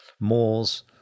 moors